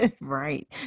Right